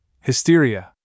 Hysteria